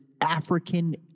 African